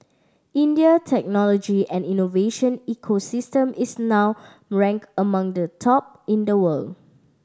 India technology and innovation ecosystem is now ranked among the top in the world